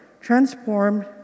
transformed